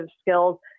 skills